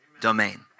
domain